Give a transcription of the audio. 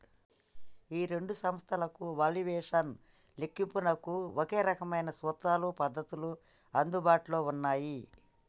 ఈ రెండు సంస్థలకు వాల్యుయేషన్ లెక్కింపునకు ఒకే రకమైన సూత్రాలు పద్ధతులు అందుబాటులో ఉన్నాయి